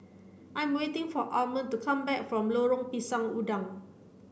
I am waiting for Almond to come back from Lorong Pisang Udang